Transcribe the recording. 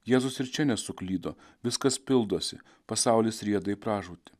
jėzus ir čia nesuklydo viskas pildosi pasaulis rieda į pražūtį